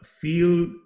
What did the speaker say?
field